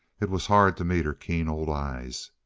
it was hard to meet her keen old eyes.